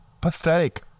pathetic